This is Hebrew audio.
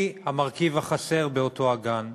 היא המרכיב החסר באותו הגן.